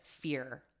Fear